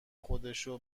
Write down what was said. خودشو